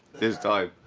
this time.